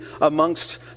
amongst